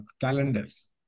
calendars